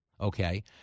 Okay